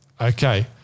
Okay